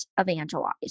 evangelize